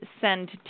send